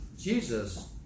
Jesus